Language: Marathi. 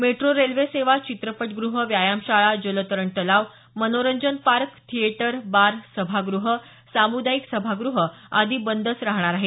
मेट्रो रेल्वे सेवा चित्रपट ग़ह व्यायाम शाळा जलतरण तलाव मनोरंजन पार्क थिएटर बार सभागृह सामुदायिक सभागृह आदी बंदच राहणार आहेत